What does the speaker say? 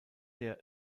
der